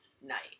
night